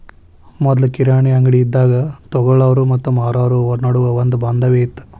ಮೊದ್ಲು ಕಿರಾಣಿ ಅಂಗ್ಡಿ ಇದ್ದಾಗ ತೊಗೊಳಾವ್ರು ಮತ್ತ ಮಾರಾವ್ರು ನಡುವ ಒಂದ ಬಾಂಧವ್ಯ ಇತ್ತ